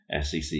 SEC